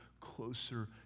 closer